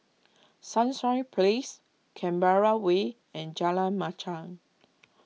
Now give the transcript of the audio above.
Sunshine Place Canberra Way and Jalan Machang